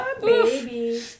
Baby